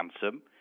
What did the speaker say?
handsome